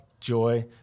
joy